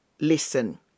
listen